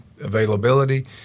availability